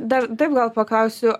dar taip gal paklausiu